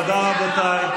תודה, רבותיי.